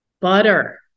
Butter